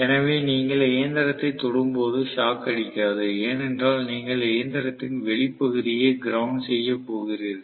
எனவே நீங்கள் இயந்திரத்தை தொடும் போது ஷாக் அடிக்காது ஏனென்றால் நீங்கள் இயந்திரத்தின் வெளிப் பகுதியை கிரௌண்ட் செய்யப் போகிறீர்கள்